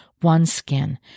OneSkin